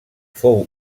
fou